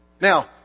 Now